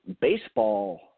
baseball